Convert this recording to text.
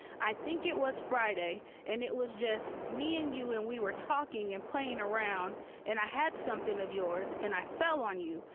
i think it was friday and it was just me and you and we were talking and playing around and i had something of yours and i fell on you,